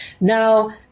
Now